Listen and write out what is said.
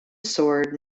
sword